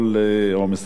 או משרד החוץ.